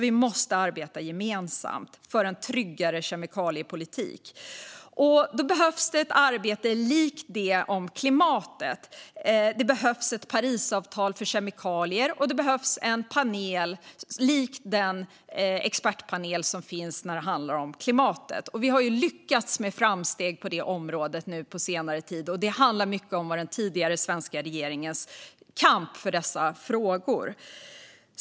Vi måste arbeta gemensamt för en tryggare kemikaliepolitik. Då behövs det ett arbete likt det för klimatet. Det behövs ett Parisavtal för kemikalier. Det behövs en panel lik den expertpanel som finns när det handlar om klimatet. Vi har lyckats med framsteg på det området nu på senare tid. Det handlar mycket om den tidigare svenska regeringens kamp för dessa frågor.